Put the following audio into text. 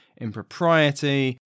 impropriety